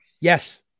Yes